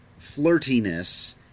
flirtiness